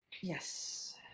Yes